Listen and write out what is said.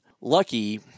Lucky